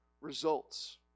results